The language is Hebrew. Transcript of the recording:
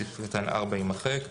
סעיף קטן (4) יימחק.